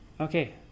Okay